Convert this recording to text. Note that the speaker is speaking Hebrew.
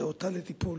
אותה לטיפול